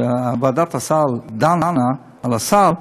כשוועדת הסל דנה על הסל,